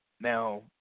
now